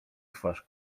twarz